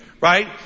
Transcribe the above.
right